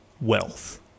wealth